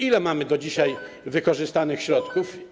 Ile mamy do dzisiaj wykorzystanych środków?